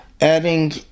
adding